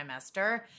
trimester